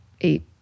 eight